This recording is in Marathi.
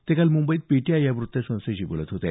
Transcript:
ते काल मुंबईत पीटीआय या व्त्तसंस्थेशी बोलत होते